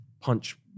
punch